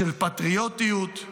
של פטריוטיות.